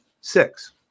six